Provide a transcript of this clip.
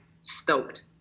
stoked